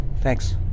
Thanks